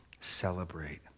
celebrate